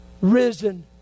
risen